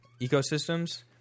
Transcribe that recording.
ecosystems